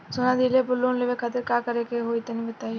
सोना दिहले पर लोन लेवे खातिर का करे क होई तनि बताई?